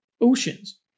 oceans